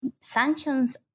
sanctions